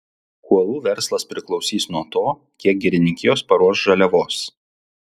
kuolų verslas priklausys nuo to kiek girininkijos paruoš žaliavos